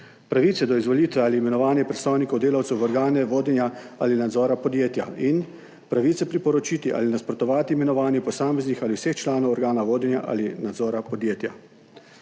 pravice do izvolitve ali imenovanja predstavnikov delavcev v organe vodenja ali nadzora podjetja in pravice priporočiti ali nasprotovati imenovanju posameznih ali vseh članov organa vodenja ali nadzora podjetja.